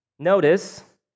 Notice